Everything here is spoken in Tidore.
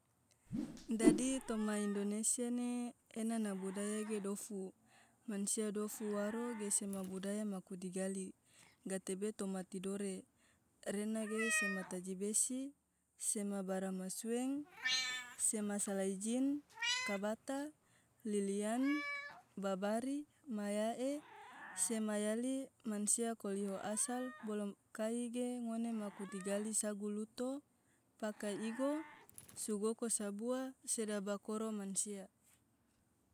dadi toma indonesia ne ena na budaya ge dofu, mansia dofu waro ge sema budaya maku digali, gatebe toma tidore rena ge sema taji besi, sema bara masueng, sema salai jin, kabata, liliyan, babari, mayae, sema yali mansia koliho asal bolo kai ge ngone maku digali sagu luto, paka igo, sugoko sabua, sedaba koro mansia.